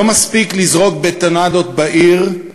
לא מספיק לזרוק בטונדות בעיר,